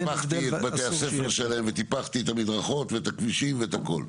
וטיפחתי את בתי הספר שלהם ואת המדרכות ואת הכבישים ואת הכול.